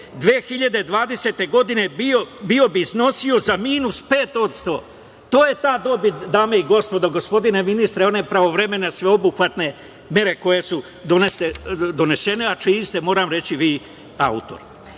2020. godine iznosi bi za minus pet posto, to je ta dobit dame i gospodo, gospodine ministre one pravovremene, sveobuhvatne mere koje su donesene, a čiji ste, moram reći vi autor.I